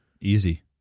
easy